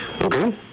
Okay